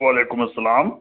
وعلیکُم السلام